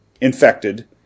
infected